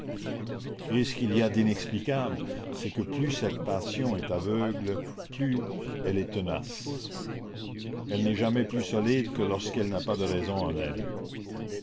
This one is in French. et ce qu'il y a d'inexplicable c'est que plus cette passion est aveugle plus elle est tenace elle n'est jamais plus solide que lorsqu'elle n'a pas de raison en elle